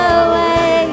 away